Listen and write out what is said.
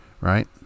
Right